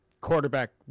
quarterback